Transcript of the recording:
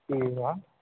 ठीक ऐ